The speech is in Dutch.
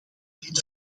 dit